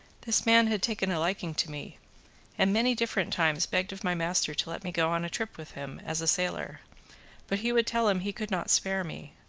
this man had taken a liking to me and many different times begged of my master to let me go a trip with him as a sailor but he would tell him he could not spare me,